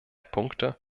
punkte